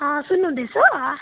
सुन्नु हुँदैछ